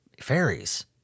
Fairies